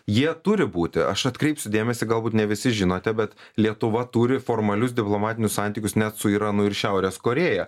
jie turi būti aš atkreipsiu dėmesį galbūt ne visi žinote bet lietuva turi formalius diplomatinius santykius net su iranu ir šiaurės korėja